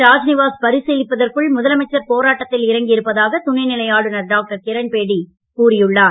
ராஜ்நிவாஸ் பரிசீலிப்பதற்குள் கோரிக்கைகளை முதலமைச்சர் போராட்டத்தில் இறங்கியிருப்பதாக துணைநிலை ஆளுநர் டாக்டர் கிரண்பேடி கூறியுள்ளார்